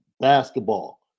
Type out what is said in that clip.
basketball